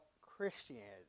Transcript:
Christianity